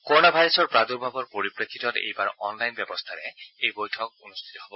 corona ভাইৰাছৰ প্ৰাদুৰ্ভাৱৰ পৰিপ্ৰেক্ষিতত এইবাৰ অনলাইন ব্যৱস্থাৰে এই বৈঠক অনুষ্ঠিত হ'ব